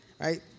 right